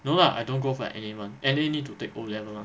no lah I don't go for N_A [one] N_A need to take O level mah